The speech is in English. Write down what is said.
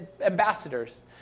ambassadors